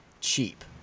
cheap